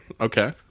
Okay